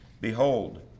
Behold